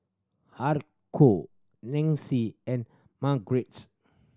Haruko Nancy and Margrett